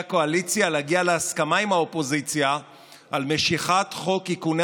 הקואליציה להגיע להסכמה עם האופוזיציה על משיכת חוק איכוני